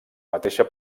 mateixa